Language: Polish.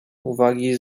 uwagi